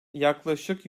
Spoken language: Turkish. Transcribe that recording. yaklaşık